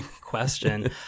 question